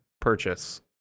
purchase